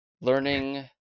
learning